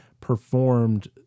performed